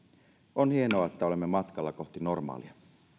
on hienoa että olemme matkalla kohti normaalia